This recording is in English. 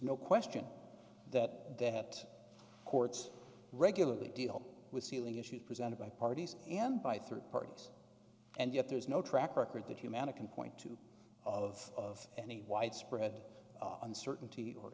no question that that courts regularly deal with ceiling issues presented by parties and by third parties and yet there is no track record that humana can point to of any widespread uncertainty or